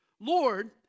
Lord